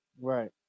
right